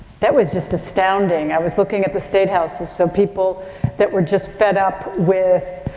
that was just astounding. i was looking at the state houses so people that were just fed up with,